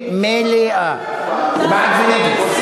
מליאה, בעד ונגד.